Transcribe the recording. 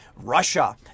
Russia